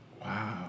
Wow